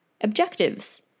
objectives